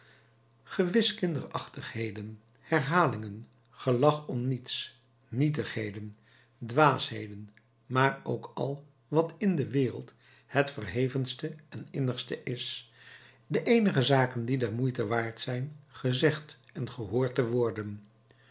gewis kinderachtigheden herhalingen gelach om niets nietigheden dwaasheden maar ook al wat in de wereld het verhevenste en innigste is de eenige zaken die der moeite waard zijn gezegd en gehoord te worden